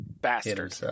bastard